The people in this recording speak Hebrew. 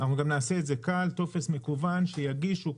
אנחנו גם נעשה את זה קל, טופס מקוון, שיגישו.